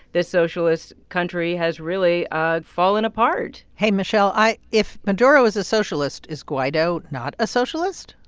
this socialist country has really ah fallen apart hey, michele, i if maduro is a socialist, is guaido not a socialist?